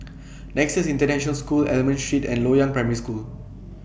Nexus International School Almond Street and Loyang Primary School